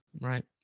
Right